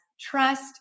trust